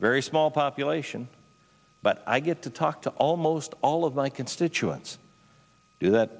very small population but i get to talk to almost all of my constituents do that